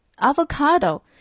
avocado